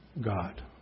God